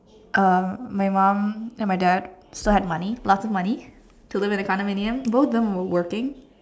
uh my mum and my dad still had money lots of money to do with the condominium both of them were working